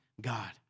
God